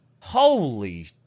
Holy